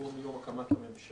שבו מיום הקמת הממשלה,